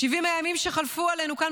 ב-70 הימים שחלפו עלינו כאן,